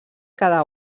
cada